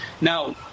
Now